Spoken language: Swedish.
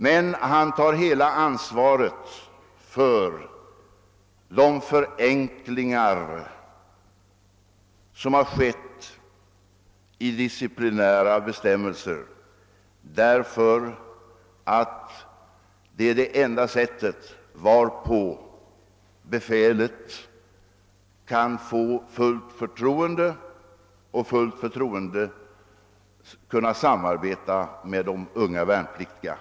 Men han tar hela ansvaret för de förenklingar som har införts i de disciplinära bestämmelserna därför att han anser att detta är det enda sätt varpå befälet kan få samarbeta med de unga värnpliktiga med fullt förtroende.